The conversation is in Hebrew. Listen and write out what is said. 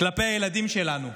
כלפי הילדים שלנו.